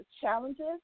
challenges